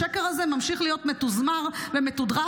השקר הזה ממשיך להיות מתוזמר ומתודרך.